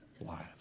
life